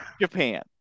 Japan